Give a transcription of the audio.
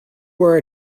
where